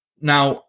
Now